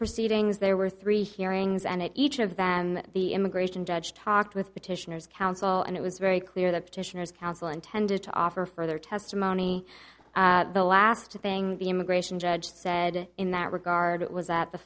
proceedings there were three hearings and each of them the immigration judge talked with petitioners counsel and it was very clear that petitioners counsel intended to offer further testimony the last thing the immigration judge said in that regard it was at the